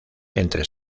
entre